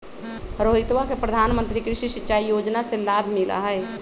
रोहितवा के प्रधानमंत्री कृषि सिंचाई योजना से लाभ मिला हई